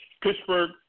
Pittsburgh